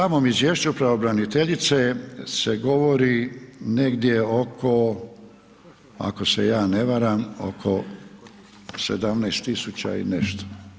U samom izvješću pravobraniteljice se govori negdje oko ako se ja ne varam, oko 17.000 i nešto.